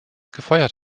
gefeuert